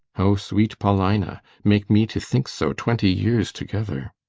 o sweet paulina, make me to think so twenty years together!